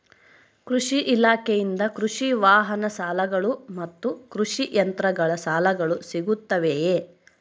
ಕೃಷಿ ಇಲಾಖೆಯಿಂದ ಕೃಷಿ ವಾಹನ ಸಾಲಗಳು ಮತ್ತು ಕೃಷಿ ಯಂತ್ರಗಳ ಸಾಲಗಳು ಸಿಗುತ್ತವೆಯೆ?